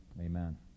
Amen